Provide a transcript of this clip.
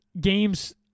games